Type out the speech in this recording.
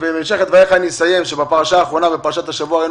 אני אומר שבפרשת השבוע האחרונה ראנו